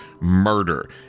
murder